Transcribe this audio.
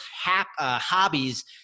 hobbies